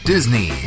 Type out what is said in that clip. Disney